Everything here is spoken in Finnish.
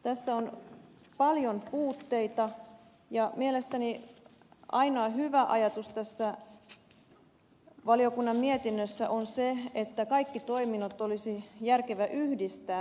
tässä on paljon puutteita ja mielestäni ainoa hyvä ajatus tässä valiokunnan mietinnössä on se että kaikki toiminnot olisi järkevä yhdistää merikeskukseksi